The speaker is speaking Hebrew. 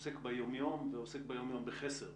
הוא עוסק ביום-יום ועוסק ביום-יום בחסר,